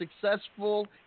successful